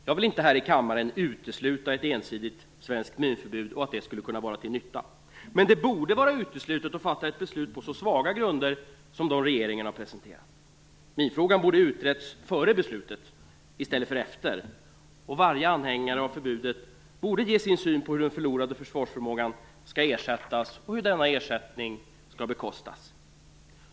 Jag vill inte här i kammaren utesluta ett ensidigt svenskt minförbud och att det skulle kunna vara till nytta. Men det borde vara uteslutet att fatta ett beslut på så svaga grunder som dem som regeringen har presenterat. Minfrågan borde ha utretts före beslutet i stället för efter, och varje anhängare av förbudet borde ge sin syn på hur den förlorade försvarsförmågan skall ersättas och hur denna ersättning skall bekostas.